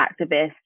activists